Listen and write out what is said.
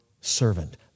servant